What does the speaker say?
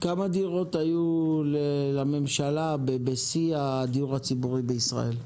כמה דירות היו לממשלה בשיא הדיור הציבורי בישראל?